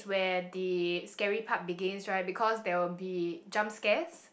the scary part begins right because there will jump scares